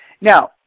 Now